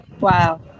Wow